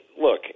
look